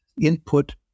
input